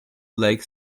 like